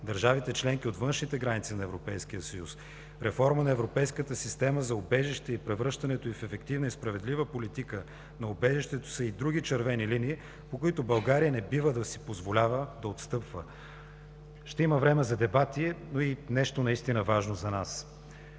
държавите членки от външните граници на Европейския съюз, реформа на европейската система за убежище и превръщането й в ефективна и справедлива политика на убежището са и други червени линии, по които България не бива да си позволява да отстъпва. Ще има време за дебати, но има и нещо наистина важно за нас.